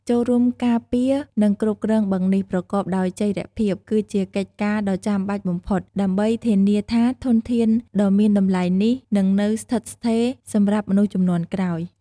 ចូលរួមការពារ និងគ្រប់គ្រងបឹងនេះប្រកបដោយចីរភាព គឺជាកិច្ចការដ៏ចាំបាច់បំផុត ដើម្បីធានាថាធនធានដ៏មានតម្លៃនេះនឹងនៅស្ថិតស្ថេរសម្រាប់មនុស្សជំនាន់ក្រោយ។